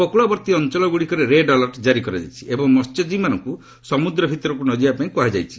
ଉପକୂଳବର୍ତ୍ତୀ ଅଞ୍ଚଳଗୁଡ଼ିକରେ red alert କାରି କରାଯାଇଛି ଏବଂ ମହ୍ୟଜୀବୀମାନଙ୍କୁ ସମୁଦ୍ର ଭିତରକୁ ନ ଯିବାପାଇଁ କୁହାଯାଇଛି